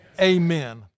Amen